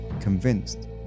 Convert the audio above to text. convinced